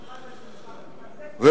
MRI,